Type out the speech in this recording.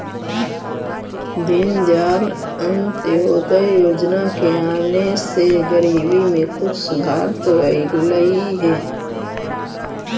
दीनदयाल अंत्योदय योजना के आने से गरीबी में कुछ सुधार तो अईलई हे